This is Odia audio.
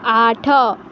ଆଠ